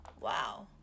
wow